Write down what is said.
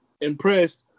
impressed